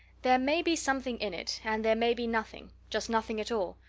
there may be something in it, and there may be nothing just nothing at all.